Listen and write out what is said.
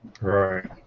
Right